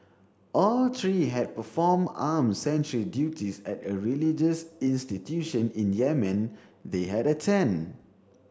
all three had performed armed sentry duties at a religious institution in Yemen they had attended